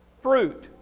fruit